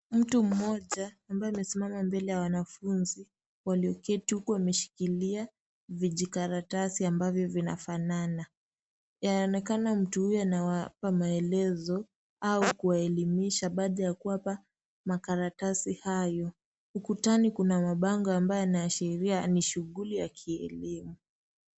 Mtu mmoja ambaye amesimama mbele ya wanafunzi walioketi huku wameshikilia vijikaratasi ambavyo vinafanana, yaonekana mtu huyu anawapa maelezo au kuwaelimisha baada ya kuwapa makaratsi hayo, ukutani kuna mabango ambayo yanaashiria ni shughuli ya kielimu.